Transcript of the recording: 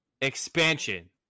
expansion